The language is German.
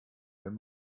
wenn